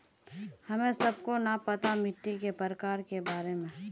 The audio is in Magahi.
हमें सबके न पता मिट्टी के प्रकार के बारे में?